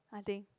I think